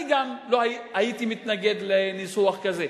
גם אני הייתי מתנגד לניסוח כזה.